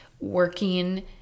working